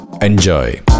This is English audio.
Enjoy